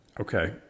Okay